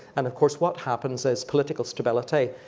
and of course, what happens is political stability,